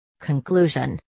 Conclusion